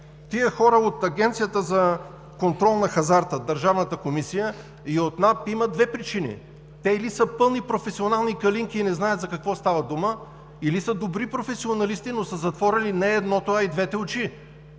Тия хора от Агенцията за контрол на хазарта – държавната комисия, и от НАП имат две причини: те или са пълни професионални „калинки“ и не знаят за какво става дума, или са добри професионалисти, но са затворили не едното, а и двете очи.